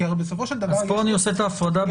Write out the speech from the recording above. כאן אני עושה את ההפרדה.